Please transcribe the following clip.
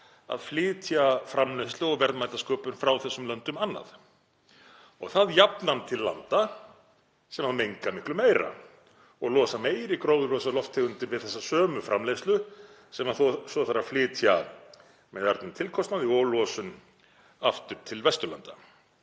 að flytja framleiðslu og verðmætasköpun frá þessum löndum annað og það jafnan til landa sem menga miklu meira og losa meiri gróðurhúsalofttegundir við þessa sömu framleiðslu sem svo þarf að flytja með ærnum tilkostnaði og losun aftur til Vesturlanda.